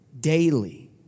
Daily